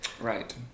right